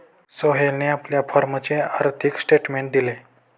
सोहेलने आपल्या फॉर्मचे आर्थिक स्टेटमेंट दिले